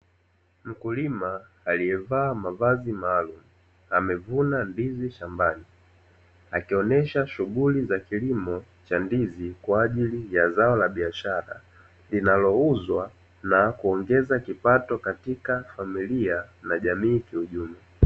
Mkulima alievaa mavazi maalumu amevuna ndizi shambani, akionyesha shughuli za kilimo cha ndizi kwa ajili ya zao la biashara linalouzwa na kuongeza kipato katika familia na jamii kwa ujumla.